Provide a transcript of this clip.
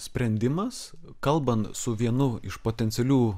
sprendimas kalbant su vienu iš potencialių